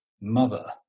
mother